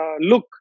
look